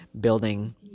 building